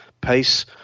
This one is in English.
pace